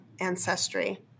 ancestry